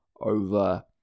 over